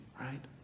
right